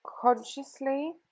consciously